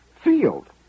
field